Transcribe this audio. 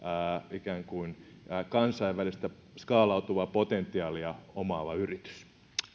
kansainvälistä skaalautuvaa potentiaalia omaava yritys